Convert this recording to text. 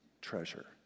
treasure